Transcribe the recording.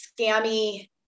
scammy